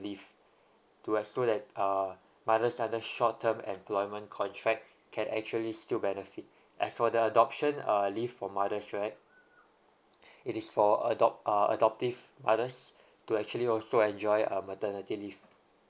leave to uh so that err mothers and the short term employment contract can actually still benefit as for the adoption uh leave for mothers right it is for adopt uh adoptive mothers to actually also enjoy a maternity leave